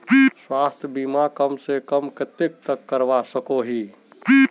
स्वास्थ्य बीमा कम से कम कतेक तक करवा सकोहो ही?